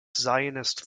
zionist